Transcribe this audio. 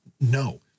No